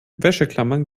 wäscheklammern